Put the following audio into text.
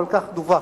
אבל כך דווח.